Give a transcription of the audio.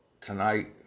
tonight